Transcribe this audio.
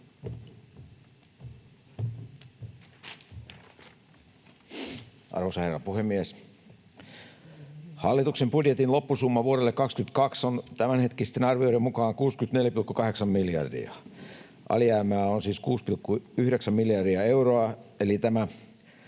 Arvoisa herra puhemies! Hallituksen budjetin loppusumma vuodelle 22 on tämänhetkisten arvioiden mukaan 64,8 miljardia. Alijäämää on siis 6,9 miljardia euroa,